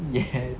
yes